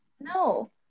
No